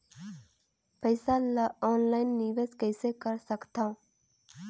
पईसा ल ऑनलाइन निवेश कइसे कर सकथव?